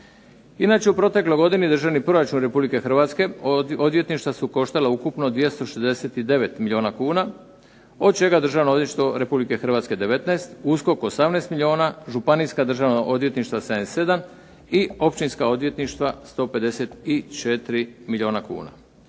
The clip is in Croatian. Inače u protekloj godini državni proračun Republike Hrvatske odvjetništva su koštala ukupno 269 milijuna kuna, od čega Državno odvjetništvo Republike Hrvatske 19, USKOK 18 milijuna, županijska državna odvjetništva 77, i općinska odvjetništva 154 milijuna kuna.